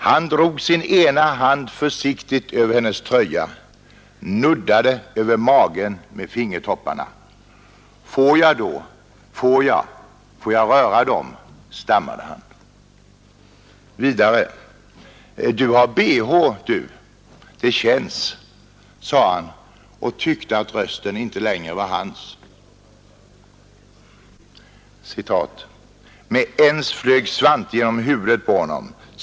”Han drog sin ena hand försiktigt över hennes tröja, nuddade över magen med fingertopparna: Får jag då ——— röra dom, stammade han.” Vidare: ”Du har behå, Du ——— det känns, sa han och tyckte, att rösten icke längre var hans.” ”Med ens flög Svante genom huvudet på honom.